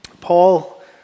Paul